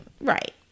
Right